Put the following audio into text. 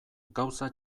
gauza